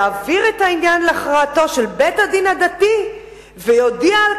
יעביר את העניין להכרעתו של בית-הדין הדתי ויודיע על